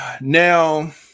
Now